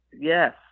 Yes